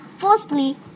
Fourthly